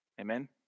Amen